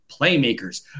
playmakers